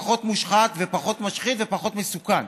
פחות מושחת ופחות משחית ופחות מסוכן,